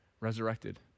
resurrected